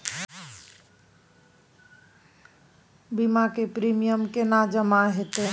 बीमा के प्रीमियम केना जमा हेते?